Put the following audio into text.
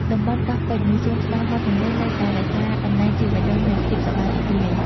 តំបន់កោះពេជ្រ និងសួនច្បារមាត់ទន្លេ នៅតែរក្សាតំណែងជាបេះដូងនៃភាពសប្បាយរីករាយ។